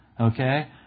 Okay